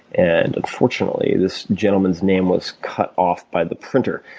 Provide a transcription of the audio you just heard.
and unfortunately this gentleman's name was cut off by the printer.